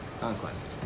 conquest